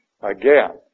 again